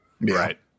Right